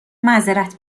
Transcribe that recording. معذرت